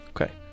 Okay